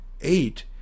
eight